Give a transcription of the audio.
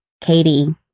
Katie